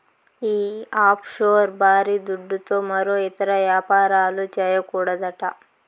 ఈ ఆఫ్షోర్ బారీ దుడ్డుతో మరో ఇతర యాపారాలు, చేయకూడదట